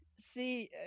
See